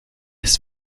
his